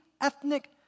ethnic